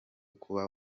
kuba